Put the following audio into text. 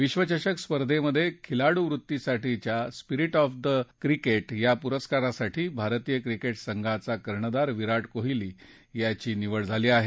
विक्वचषक स्पर्धेत खिलाडू वृत्तीसाठीच्या स्पिरिट ऑफ क्रिकेट पुरस्कारासाठी भारतीय क्रिकेट संघाचा कर्णधार विराट कोहली याची निवड झाली आहे